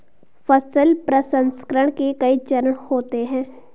फसल प्रसंसकरण के कई चरण होते हैं